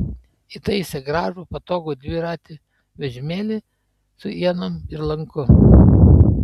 įtaisė gražų patogų dviratį vežimėlį su ienom ir lanku